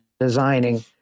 designing